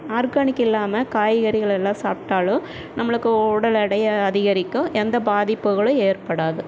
organic இல்லாமல் காய்கறிகள் எல்லாம் சாப்பிட்டாலும் நம்மளுக்கு உடல் எடையை அதிகரிக்கும் எந்த பாதிப்புகளும் ஏற்படாது